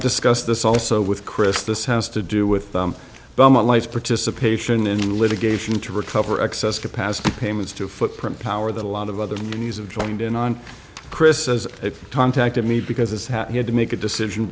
discussed this also with chris this has to do with bulma life participation in litigation to recover excess capacity payments to footprint power that a lot of other news of joined in on chris as it contacted me because it's happy had to make a decision